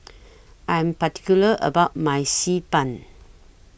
I Am particular about My Xi Ban